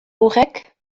horrek